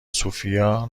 سوفیا